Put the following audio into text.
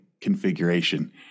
configuration